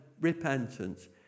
repentance